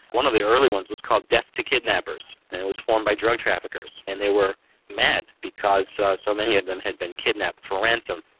one of the early ones was called death to kidnappers, and it was formed by drug traffickers, and they were mad because so many of them had been kidnapped for ransom.